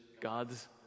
God's